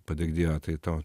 padėkdie tai tau